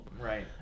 Right